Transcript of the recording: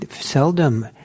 seldom